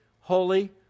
holy